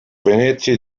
venezia